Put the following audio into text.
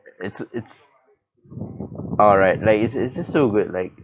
it's it's oh right like it's it's just so good like